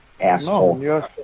Asshole